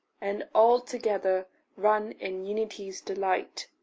and all together run in unity's delight.